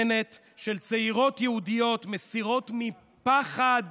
בנט, של צעירות יהודיות מסירות מפחד